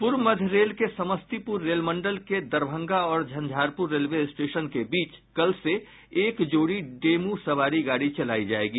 पूर्व मध्य रेल के समस्तीपुर रेल मंडल के दरभंगा और झंझारपुर रेलवे स्टेशन के बीच कल से एक जोड़ी डेमू सवारी गाड़ी चलायी जायेगी